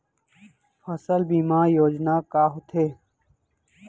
फसल बीमा योजना का होथे?